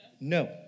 No